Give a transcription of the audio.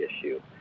issue